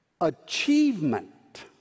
achievement